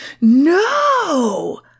no